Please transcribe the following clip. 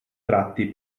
tratti